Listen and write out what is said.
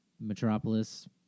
metropolis